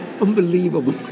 unbelievable